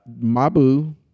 Mabu